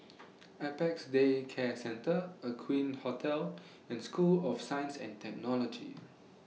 Apex Day Care Centre Aqueen Hotel and School of Science and Technology